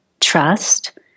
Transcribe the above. trust